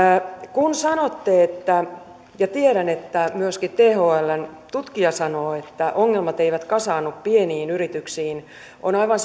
kun sanotte ja tiedän että myöskin thln tutkija sanoo että ongelmat eivät kasaannu pieniin yrityksiin on aivan